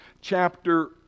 chapter